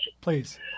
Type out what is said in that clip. Please